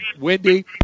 Wendy